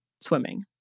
swimming